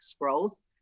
growth